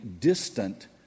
distant